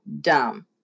dumb